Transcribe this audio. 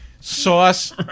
sauce